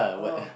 oh